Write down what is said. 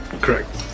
Correct